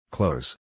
Close